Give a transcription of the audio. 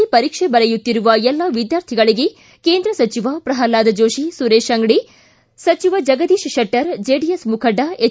C ಪರೀಕ್ಷೆ ಬರೆಯುತ್ತಿರುವ ಎಲ್ಲಾ ವಿದ್ಯಾರ್ಥಿಗಳಿಗೆ ಕೇಂದ್ರ ಸಚಿವ ಪ್ರಹ್ಲಾದ್ ಜೋಶಿ ಸುರೇಶ್ ಅಂಗಡಿ ಸಚಿವ ಜಗದೀಶ್ ಶೆಟ್ಟರ್ ಜೆಡಿಎಸ್ ಮುಖಂಡ ಎಚ್